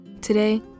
Today